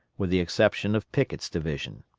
with the exception of pickett's division.